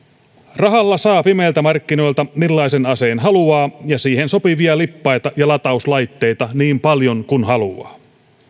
rahalla saa pimeiltä markkinoilta millaisen aseen haluaa ja siihen sopivia lippaita ja latauslaitteita niin paljon kuin haluaa